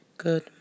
Good